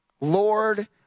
Lord